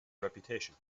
reputation